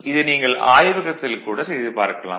இதை நீங்கள் ஆய்வகத்தில் கூட செய்து பார்க்கலாம்